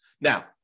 Now